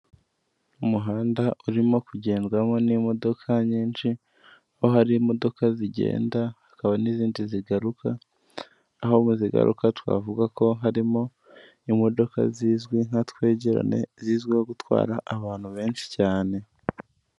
Umuhanda urimo kugendwamo n'imodoka nyinshi, aho hari imodoka zigenda hakaba n'izindi zigaruka, aho zigaruka twavuga ko harimo imodoka zizwi nka twegerane, zizwiho gutwara abantu benshi cyane.